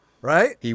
right